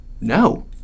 No